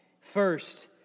First